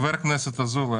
חבר הכנסת, עזוב.